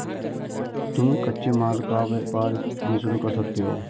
तुम कच्चे माल का व्यापार भी शुरू कर सकते हो